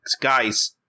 guys